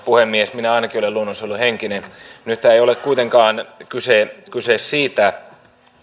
puhemies minä ainakin olen luonnonsuojeluhenkinen nyt ei kuitenkaan ole kyse siitä